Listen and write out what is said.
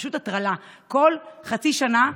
פשוט הטרלה: כל חצי שנה,